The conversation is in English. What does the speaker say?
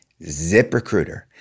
ZipRecruiter